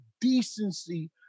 decency